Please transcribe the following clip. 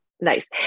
Nice